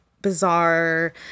bizarre